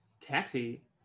taxi